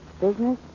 Business